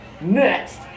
Next